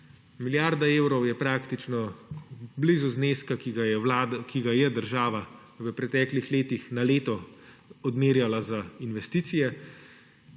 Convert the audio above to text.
Milijarda evrov je praktično blizu zneska, ki ga je država v preteklih letih na leto odmerjala za investicije,